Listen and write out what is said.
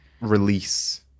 release